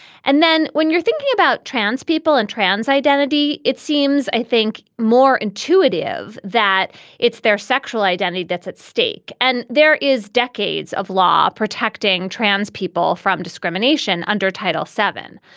and then when you're thinking about trans people and trans identity it seems i think more intuitive that it's their sexual identity that's at stake. and there is decades of law protecting trans people from discrimination under title seven.